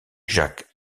jacques